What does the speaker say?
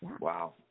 Wow